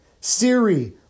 Siri